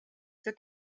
zur